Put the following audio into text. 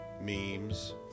memes